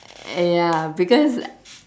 ya because